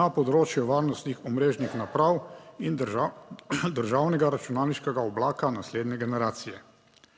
na področju varnostnih omrežnih naprav in državnega računalniškega oblaka naslednje generacije.